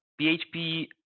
PHP